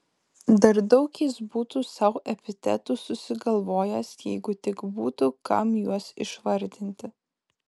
dar daug jis būtų sau epitetų susigalvojęs jeigu tik būtų kam juos išvardinti